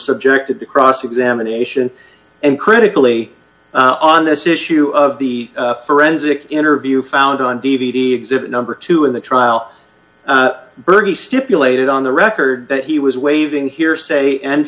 subjected to cross examination and critically on this issue of the forensic interview found on d v d exhibit number two in the trial virgie stipulated on the record that he was waiving hearsay and